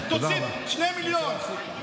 תוציא שני מיליון.